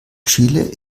chile